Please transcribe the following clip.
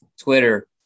Twitter